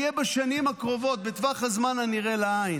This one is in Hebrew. אין בך ערכים ואין בך יושרה --- אני רוצה לעצור את הזמן,